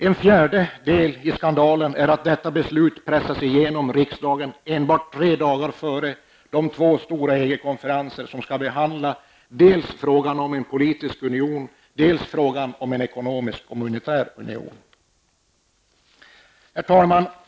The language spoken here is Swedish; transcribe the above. En fjärde del i skandalen är att detta beslut pressas igenom riksdagen endast tre dagar före de två stora EG-konferenser som skall behandla dels frågan om en politisk union, dels frågan om en ekonomisk och monetär union. Herr talman!